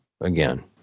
again